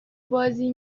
بازی